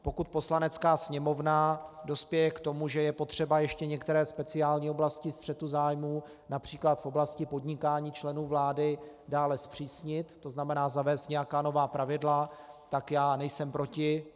Pokud Poslanecká sněmovna dospěje k tomu, že je potřeba ještě některé speciální oblasti střetu zájmů například v oblasti podnikání členů vlády dále zpřísnit, to znamená zavést nějaká nová pravidla, tak já nejsem proti.